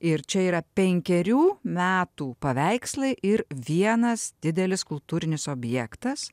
ir čia yra penkerių metų paveikslai ir vienas didelis kultūrinis objektas